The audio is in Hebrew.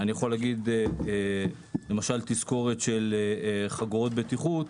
אני יכול להגיד למשל תזכורת של חגורות בטיחות,